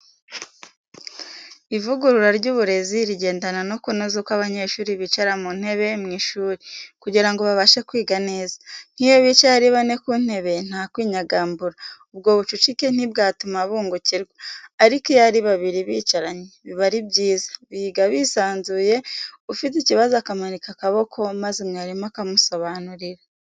Ivugurura ry'uburezi rigendana no kunoza uko abanyeshuri bicara mu ntebe mu ishuri kugira ngo babashe kwiga neza, nk'iyo bicaye ari bane ku ntebe nta kwinyagagambura, ubwo bucucike ntibwatuma bungukirwa, ariko iyo ari babiri bicaranye biba ari byiza, biga bisanzuye, ufite ikibazo akamanika akaboko maze mwarimu akamusobanurira.